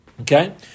Okay